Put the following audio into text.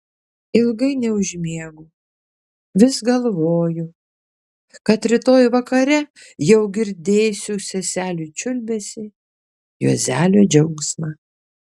ilgai neužmiegu vis galvoju kad rytoj vakare jau girdėsiu seselių čiulbesį juozelio džiaugsmą